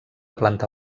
planta